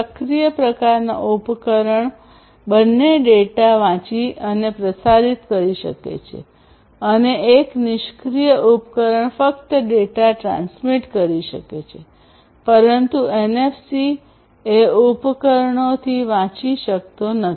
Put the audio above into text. સક્રિય પ્રકારનાં ઉપકરણ બંને ડેટા વાંચી અને પ્રસારિત કરી શકે છે અને એક નિષ્ક્રિય ઉપકરણ ફક્ત ડેટા ટ્રાન્સમિટ કરી શકે છે પરંતુ એનએફસીએ ઉપકરણોથી વાંચી શકતો નથી